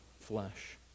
flesh